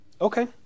Okay